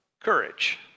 courage